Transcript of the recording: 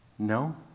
No